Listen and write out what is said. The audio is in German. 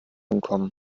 entkommen